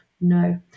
No